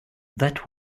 that